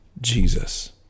Jesus